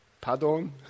pardon